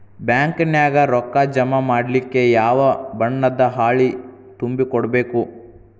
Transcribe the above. Bank ನ್ಯಾಗ ರೊಕ್ಕಾ ಜಮಾ ಮಾಡ್ಲಿಕ್ಕೆ ಯಾವ ಬಣ್ಣದ್ದ ಹಾಳಿ ತುಂಬಿ ಕೊಡ್ಬೇಕು?